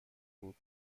بود